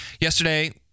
yesterday